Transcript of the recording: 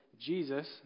Jesus